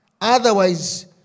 Otherwise